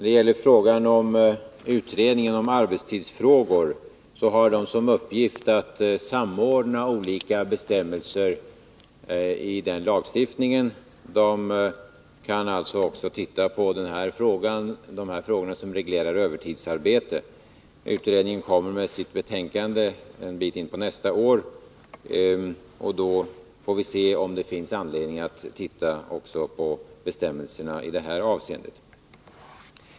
Herr talman! Utredningen av vissa arbetstidsfrågor har till uppgift att samordna olika bestämmelser i lagstiftningen. Den kan alltså även titta på de stadganden som reglerar övertidsarbete. Utredningen kommer med sitt betänkande en bit in på nästa år, och då får vi se om det finns anledning att titta på bestämmelserna även i det här avseendet.